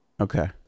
Okay